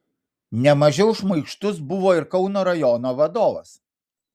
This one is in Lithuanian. ne mažiau šmaikštus buvo ir kauno rajono vadovas